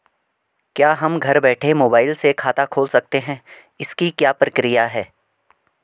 क्या हम घर बैठे मोबाइल से खाता खोल सकते हैं इसकी क्या प्रक्रिया है?